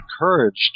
encouraged